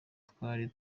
twari